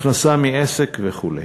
הכנסה מעסק וכו'.